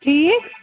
ٹھیٖک